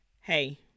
hey